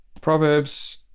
Proverbs